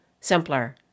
simpler